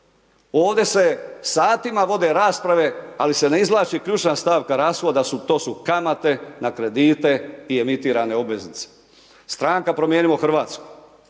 ovde se satima vode rasprave ali se ne izvlači ključna stavka rashoda, to kamate na kredite i emitirane obveznice. Stranka Promijenimo Hrvatsku